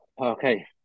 Okay